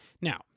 Now